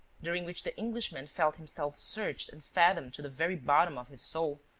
during which the englishman felt himself searched and fathomed to the very bottom of his soul,